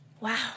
Wow